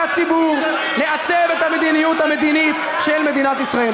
הציבור לעצב את המדיניות המדינית של מדינת ישראל.